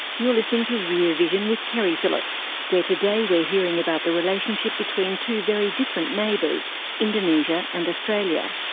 you're listening to rear vision with keri phillips where today we're hearing about the relationship between two very different neighbours indonesia and australia.